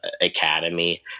academy